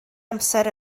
amser